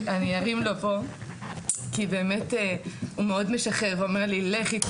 הוא אומר לי לכי,